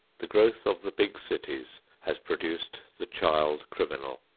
the growth of the big cities has produced the child criminal.